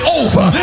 over